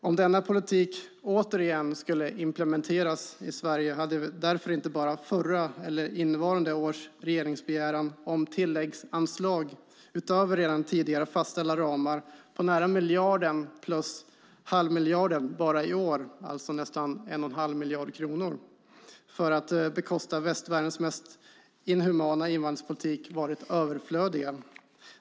Om denna politik återigen skulle implementeras i Sverige hade förra årets och innevarande års regeringsbegäran om tilläggsanslag, utöver redan tidigare fastställda ramar på nära 1 miljard plus 1⁄2 miljard bara i år, alltså nästan 1 1⁄2 miljard kronor, för att bekosta västvärldens mest inhumana invandringspolitik, varit överflödiga.